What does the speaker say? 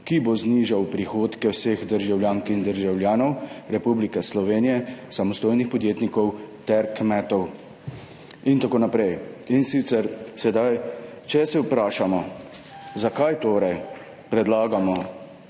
ki bo znižal prihodke vseh državljank in državljanov Republike Slovenije, samostojnih podjetnikov ter kmetov in tako naprej. In sicer sedaj, če se vprašamo zakaj torej predlagamo